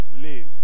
live